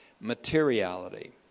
materiality